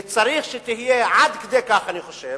וצריך שתהיה עד כדי כך, אני חושב